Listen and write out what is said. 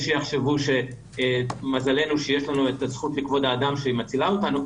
יש שיחשבו שמזלנו שיש לנו את הזכות לכבוד האדם שהיא מצילה אותנו,